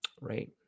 Right